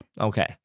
Okay